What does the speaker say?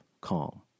calm